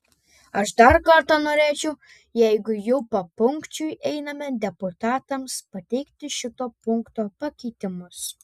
aš dar kartą norėčiau jeigu jau papunkčiui einame deputatams pateikti šito punkto pakeitimus